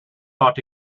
thought